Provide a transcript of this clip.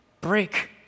break